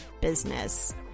business